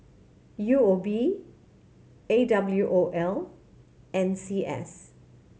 U O B A W O L N C S